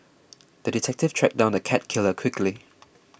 the detective tracked down the cat killer quickly